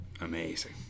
Amazing